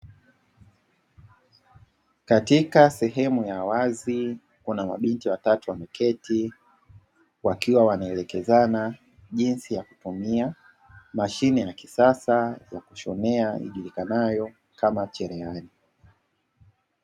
Katika sehemu ya wazi, kuna mabinti watatu wameketi wakiwa wanaelekezana jinsi ya kutumia mashine ya kisasa ya kushonea ijulikanayo kama cherehani.